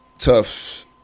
Tough